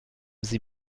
sie